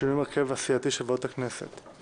שינויים בהרכב הסיעתי של ועדות הכנסת.